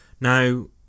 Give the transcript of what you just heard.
now